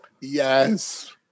yes